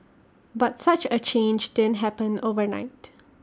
but such A change didn't happen overnight